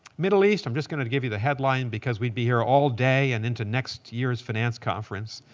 middle east, i'm just going to give you the headline because we'd be here all day and into next year's finance conference.